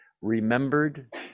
remembered